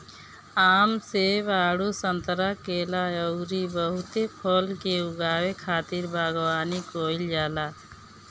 आम, सेब, आडू, संतरा, केला अउरी बहुते फल के उगावे खातिर बगवानी कईल जाला